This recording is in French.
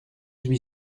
huit